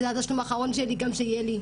זה התשלום האחרון גם שיהיה לי,